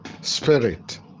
Spirit